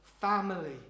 family